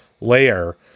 layer